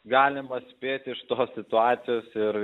galima spėt iš tos situacijos ir